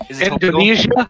Indonesia